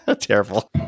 Terrible